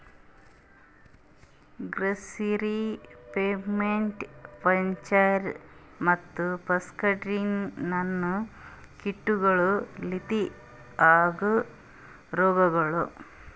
grasserie, pebrine, flacherie ಮತ್ತ muscardine ಅನೋ ಕೀಟಗೊಳ್ ಲಿಂತ ಆಗೋ ರೋಗಗೊಳ್